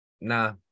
nah